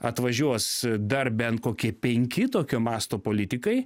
atvažiuos dar bent kokie penki tokio masto politikai